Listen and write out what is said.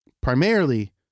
primarily